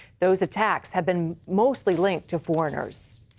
those attacks have been mostly linked to forn mers.